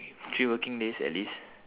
three working days at least